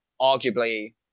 arguably